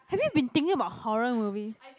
have you been thinking about horror movies